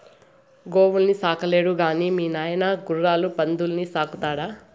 గోవుల్ని సాకలేడు గాని మీ నాయన గుర్రాలు పందుల్ని సాకుతాడా